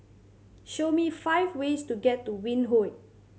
show me five ways to get to Windhoek